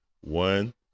one